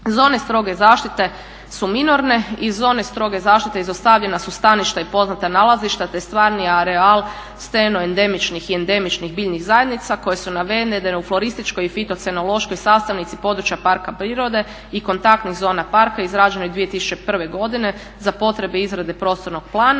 Zone stroge zaštite su minorne. Iz zone stroge zaštite izostavljena su staništa i poznata nalazišta te stvarni …/Govornica se ne razumije./… biljnih zajednica koje su navedene u florističkoj i fitocenološkoj sastavnici područja parka prirode i kontaktnih zona parka izrađenih 2001. godine za potrebe izrade prostornog plana.